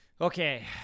Okay